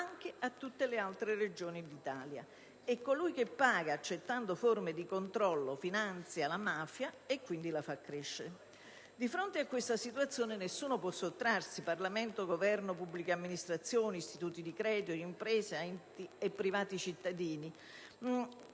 estende a tutte le altre Regioni d'Italia e colui che paga, accettando forme di controllo, finanzia la mafia e quindi la fa crescere. Di fronte a questa situazione nessuno può sottrarsi: il Parlamento, il Governo le pubbliche amministrazioni, gli istituti di credito, le imprese e i privati cittadini.